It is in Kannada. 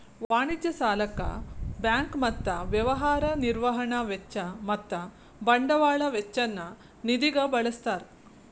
ವಾಣಿಜ್ಯ ಸಾಲಕ್ಕ ಬ್ಯಾಂಕ್ ಮತ್ತ ವ್ಯವಹಾರ ನಿರ್ವಹಣಾ ವೆಚ್ಚ ಮತ್ತ ಬಂಡವಾಳ ವೆಚ್ಚ ನ್ನ ನಿಧಿಗ ಬಳ್ಸ್ತಾರ್